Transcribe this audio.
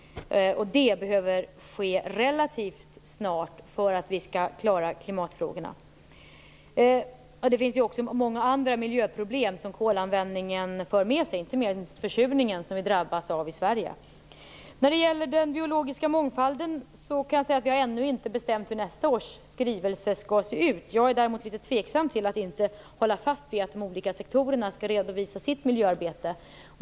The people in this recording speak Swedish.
Det måste ske relativt snart för att vi skall klara klimatfrågorna. Kolanvändningen för också med sig många andra miljöproblem - inte minst försurningen, som vi drabbas av i Sverige. När det gäller den biologiska mångfalden kan jag säga att vi ännu inte har bestämt hur nästa års skrivelse skall se ut. Jag är däremot litet tveksam till att inte hålla fast vid att de olika sektorerna skall redovisa sitt miljöarbete.